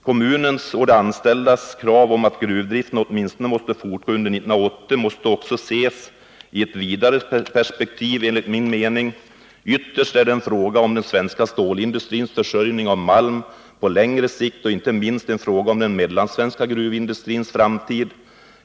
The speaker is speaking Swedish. Kommunens och de anställdas krav på att gruvdriften måste fortgå åtminstone under 1980 måste enligt min mening ses också i ett vidare perspektiv. Ytterst är det en fråga om den svenska stålindustrins försörjning med malm på längre sikt och inte minst en fråga om den mellansvenska gruvindustrins framtid.